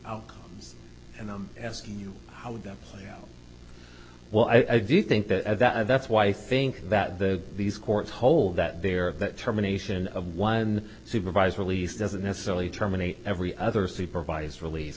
outcomes and i'm asking you how would that play out well i do think that that's why i think that the these courts hold that there that term a nation of one supervised release doesn't necessarily terminate every other supervised rel